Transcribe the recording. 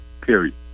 Period